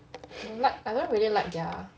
like I don't really like their